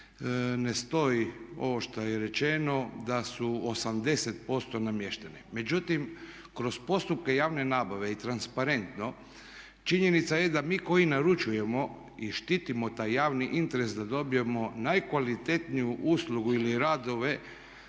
ne stoji ovo što je rečeno da su 80% namještene. Međutim, kroz postupke javne nabave i transparentno činjenica je da mi koji naručujemo i štitimo taj javni interes da dobijemo najkvalitetniju uslugu ili radove